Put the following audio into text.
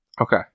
Okay